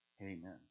Amen